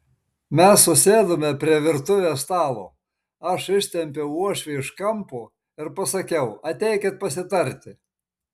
mes susėdome prie virtuvės stalo aš ištempiau uošvį iš kampo ir pasakiau ateikit pasitarti